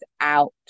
out